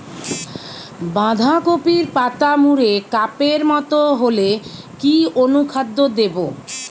বাঁধাকপির পাতা মুড়ে কাপের মতো হলে কি অনুখাদ্য দেবো?